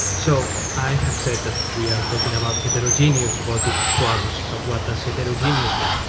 so i have said that we are talking about heterogenous robotics swarms. but what does heterogenous mean?